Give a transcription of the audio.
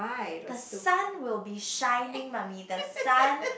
the sun will be shining mummy the sun